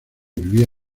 vivía